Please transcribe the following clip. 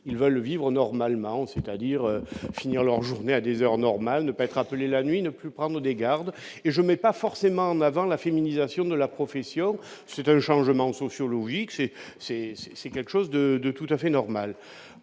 ils veulent vivre normalement aux c'est-à-dire finir leur journée à des heures normales, ne pas être appelé la nuit ne plus prendre des gardes et je mets pas forcément en avant la féminisation de la profession, c'est un changement sociologique, c'est, c'est c'est c'est quelque chose de de tout à fait normal,